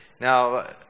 Now